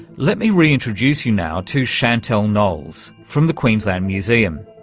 let me re-introduce you now to chantal knowles from the queensland museum.